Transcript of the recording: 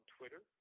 Twitter